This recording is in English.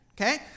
Okay